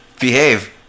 behave